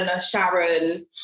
Sharon